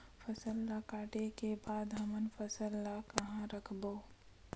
फसल ला काटे के बाद हमन फसल ल कहां रखबो?